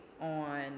on